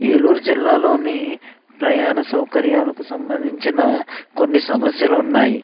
ఏలూరు జిల్లాలోని ప్రయాణ సౌకర్యానికి సంబంధించిన కొన్ని సమస్యలు ఉన్నాయి